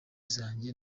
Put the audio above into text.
zanjye